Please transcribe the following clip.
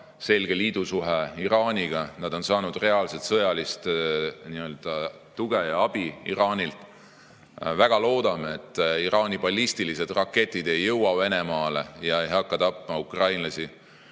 selge liidusuhe Iraaniga, nad on saanud reaalset sõjalist tuge ja abi Iraanilt. Väga loodame, et Iraani ballistilised raketid ei jõua Venemaale ega hakka tapma ukrainlasi.